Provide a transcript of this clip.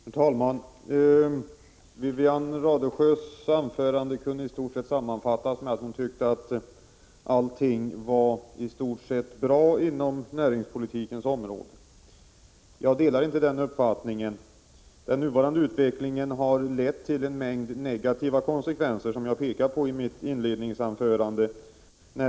Herr talman! Wivi-Anne Radesjös anförande kan i huvudsak sammanfattas med att hon tyckte att allt var i stort sett bra inom näringspolitikens område. Jag delar inte den uppfattningen. Den nuvarande utvecklingen har lett till en mängd negativa konsekvenser, som jag pekade på i mitt inledningsanförande.